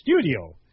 studio